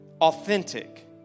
Authentic